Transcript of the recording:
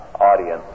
Audience